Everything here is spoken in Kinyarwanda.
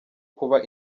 kuba